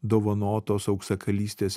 dovanotos auksakalystės